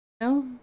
No